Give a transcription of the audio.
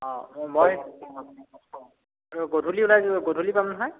অঁ মই অঁ গধূলি ওলাই গধূলি পাম নহয়